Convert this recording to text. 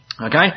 okay